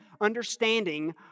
understanding